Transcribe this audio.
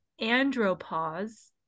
Andropause